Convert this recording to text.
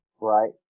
Right